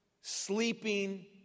sleeping